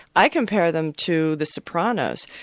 i compare them to the sopranos,